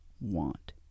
want